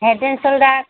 Haden shoulder